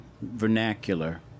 vernacular